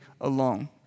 alone